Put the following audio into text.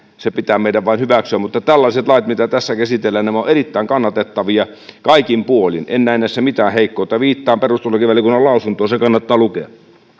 se pitää meidän vain hyväksyä mutta tällaiset lait mitä tässä käsitellään ovat erittäin kannatettavia kaikin puolin en näe näissä mitään heikkoutta viittaan perustuslakivaliokunnan lausuntoon se kannattaa lukea